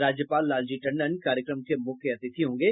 राज्यपाल लालजी टंडन कार्यक्रम के मुख्य अतिथि होंगे